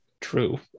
True